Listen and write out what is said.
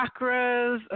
chakras